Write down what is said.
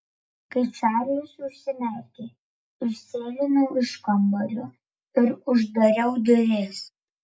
kai čarlis užsimerkė išsėlinau iš kambario ir uždariau duris